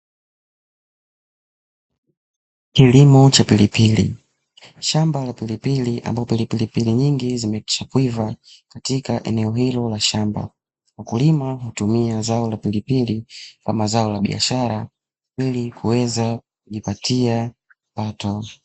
Kilimo cha pilipili. Shamba la pilipili ambalo pilipili nyingi zimekwisha kuiva katika eneo hilo la shamba, wakulima hutumia zao la pilipili kama mazao ya biashara ili kuweza kujipatia kipato.